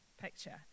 picture